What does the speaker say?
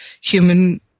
human